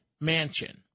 mansion